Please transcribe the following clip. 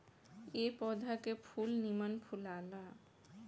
ए पौधा के फूल निमन फुलाला